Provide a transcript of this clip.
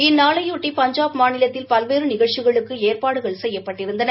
இந்நாளையொட்டி பஞ்சாப் மாநிலத்தில் பல்வேறு நிகழச்சிகளுக்கு ஏற்பாடுகள் செய்யப்பட்டிருந்தன